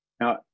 Now